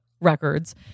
Records